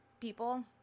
people